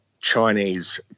Chinese